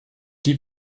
die